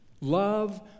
Love